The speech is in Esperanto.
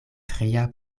tria